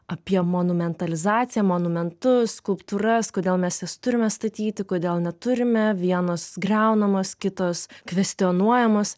apie monumentalizaciją monumentus skulptūras kodėl mes jas turime statyti kodėl neturime vienos griaunamos kitos kvestionuojamos